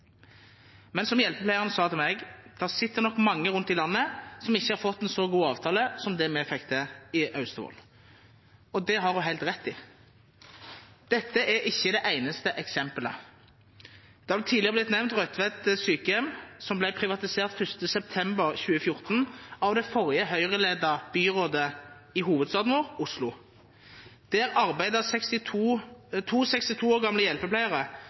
Men som hjelpepleieren sa til meg: Det sitter nok mange rundt i landet som ikke har fått en så god avtale som det vi fikk til i Austevoll. Og det har hun helt rett i. Dette er ikke det eneste eksempelet. Tidligere har det blitt nevnt Rødtvet sykehjem, som ble privatisert 1. september 2014 av det forrige Høyre-ledede byrådet i hovedstaden vår, Oslo. Der arbeidet to 62 år gamle hjelpepleiere